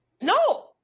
No